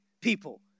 people